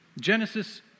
Genesis